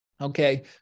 Okay